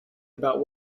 about